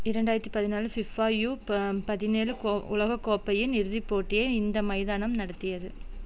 இரண்டாயிரத்தி பதினாலு ஃபிஃபாயு ப பதினேழு கோ உலகக் கோப்பையின் இறுதிப் போட்டியை இந்த மைதானம் நடத்தியது